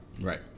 right